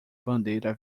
bandeira